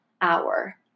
hour